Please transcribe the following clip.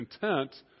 content